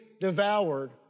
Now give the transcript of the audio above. devoured